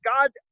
God's